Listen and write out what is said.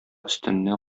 өстеннән